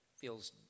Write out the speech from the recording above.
feels